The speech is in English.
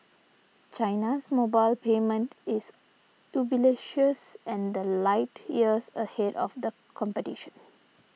China's mobile payment is ubiquitous and the light years ahead of the competition